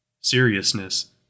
Seriousness